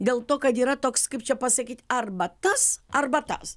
dėl to kad yra toks kaip čia pasakyt arba tas arba tas